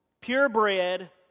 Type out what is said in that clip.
purebred